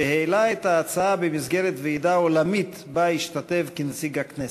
שהעלה את ההצעה במסגרת ועידה עולמית שבה השתתף כנציג הכנסת.